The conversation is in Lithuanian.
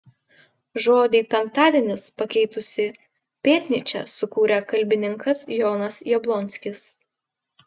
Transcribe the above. žodį penktadienis pakeitusį pėtnyčią sukūrė kalbininkas jonas jablonskis